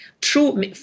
true